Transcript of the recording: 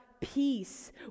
peace